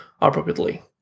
appropriately